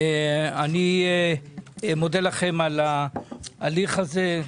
אני מודה לכם על ההליך הזה.